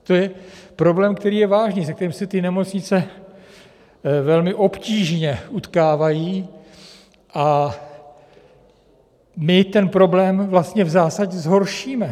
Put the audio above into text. To je problém, který je vážný, se kterým se ty nemocnice velmi obtížně utkávají, a my ten problém vlastně v zásadě zhoršíme.